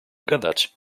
gadać